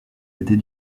aider